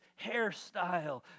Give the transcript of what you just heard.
hairstyle